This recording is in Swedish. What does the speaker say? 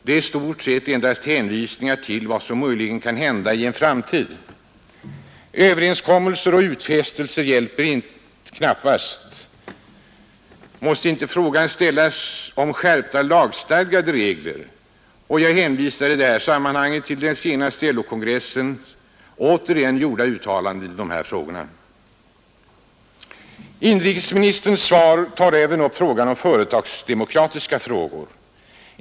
Det är i stort sett endast hänvisningar till vad som möjligen kan hända i en framtid. Överenskommelser ock utfästelser hjälper knappast. Måste inte frågan ställas om skärpta lagstadgade regler? Jag hänvisar till vid den senaste LO-kongressen återigen gjorda uttalanden i dessa frågor. Industriministerns svar tar även upp företagsdemokratiska frågor.